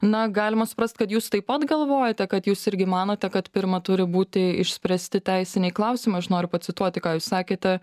na galima suprast kad jūs taip pat galvojate kad jūs irgi manote kad pirma turi būti išspręsti teisiniai klausimai aš noriu pacituoti ką jūs sakėte